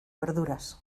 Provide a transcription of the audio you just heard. verduras